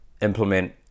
implement